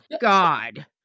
God